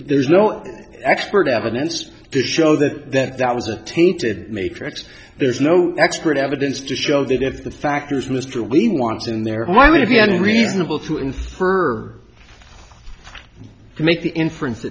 there's no expert evidence to show that that was a tainted matrix there's no expert evidence to show that if the factors mr wayne wants in there why would it be any reasonable to infer to make the inference